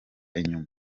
inyuma